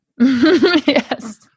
Yes